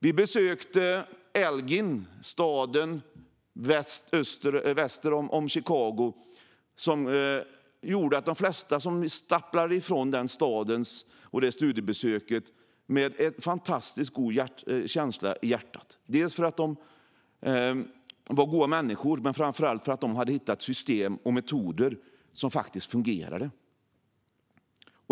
Vi besökte dessutom Elgin, en stad som ligger väster om Chicago. De flesta av oss som stapplade ifrån studiebesöket i staden gjorde det med en fantastiskt go känsla i hjärtat. Det berodde dels på att de var goa människor, dels för att de hade hittat system och metoder som faktiskt fungerade.